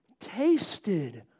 tasted